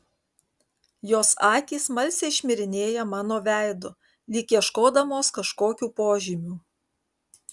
jos akys smalsiai šmirinėja mano veidu lyg ieškodamos kažkokių požymių